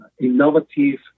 innovative